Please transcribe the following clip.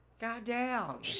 Goddamn